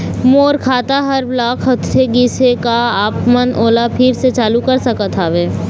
मोर खाता हर ब्लॉक होथे गिस हे, का आप हमन ओला फिर से चालू कर सकत हावे?